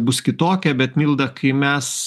bus kitokia bet milda kai mes